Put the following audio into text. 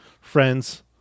friends